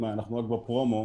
אנחנו רק בפרומו